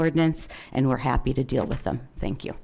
ordinance and we're happy to deal with them thank you